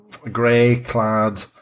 grey-clad